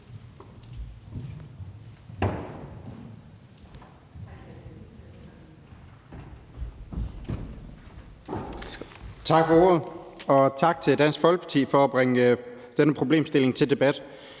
Tak for ordet, og tak til Dansk Folkeparti for at bringe denne problemstilling til debat.